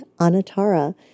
Anatara